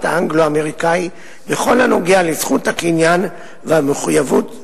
האנגלו-אמריקני בכל הנוגע לזכות הקניין והמחויבות הקהילתית.